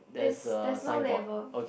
is there's no label